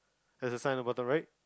there's a sign on bottom right